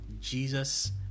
Jesus